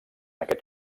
aquest